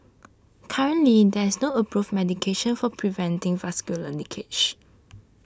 currently there is no approved medication for preventing vascular leakage